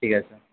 ঠিক আছে